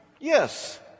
Yes